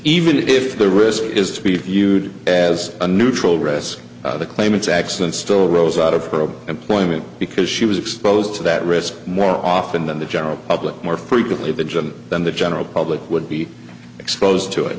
even if the risk is to be viewed as a neutral risk the claimant's accident still rose out of her employment because she was exposed to that risk more often than the general public more frequently the gym than the general public would be exposed to it